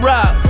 Rock